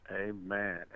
Amen